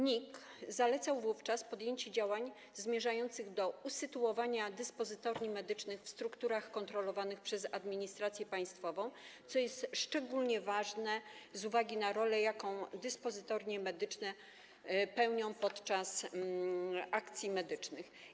NIK zalecała wówczas podjęcie działań zmierzających do usytuowania dyspozytorni medycznych w strukturach kontrolowanych przez administrację państwową, co jest szczególnie ważne z uwagi na rolę, jaką dyspozytornie medyczne pełnią podczas akcji medycznych.